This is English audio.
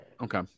Okay